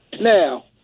Now